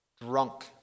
drunk